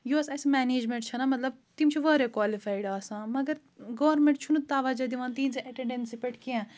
یۄس اَسہِ مٮ۪نیجمٮ۪نٛٹ چھَنا مطلب تِم چھِ واریاہ کالِفایڈ آسان مگر گورمٮ۪نٛٹ چھُنہٕ تَوجہ دِوان تِہِنٛزِ اٮ۪ٹٮ۪نڈٮ۪نسہِ پٮ۪ٹھ کینٛہہ